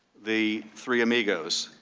the three amigos.